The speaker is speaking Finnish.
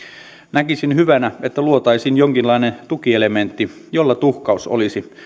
näkisin hyvänä että luotaisiin jonkinlainen tukielementti jolla tuhkaus olisi